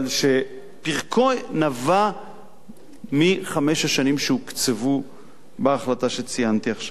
אבל שפִּרְקוֹ נבע מחמש השנים שהוקצבו בהחלטה שציינתי עכשיו.